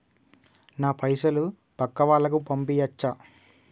నా పైసలు పక్కా వాళ్ళకు పంపియాచ్చా?